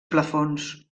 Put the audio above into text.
plafons